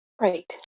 Right